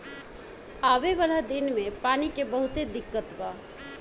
आवे वाला दिन मे पानी के बहुते दिक्कत बा